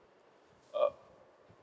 err